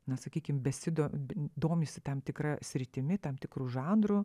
na sakykim besido domisi tam tikra sritimi tam tikru žanru